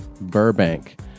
Burbank